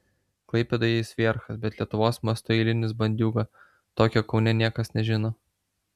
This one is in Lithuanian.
klaipėdoje jis vierchas bet lietuvos mastu eilinis bandiūga tokio kaune niekas nežino